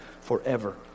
forever